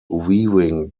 weaving